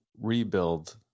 rebuild